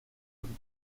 would